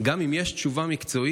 גם אם יש תשובה מקצועית,